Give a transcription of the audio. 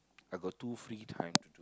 I got two free time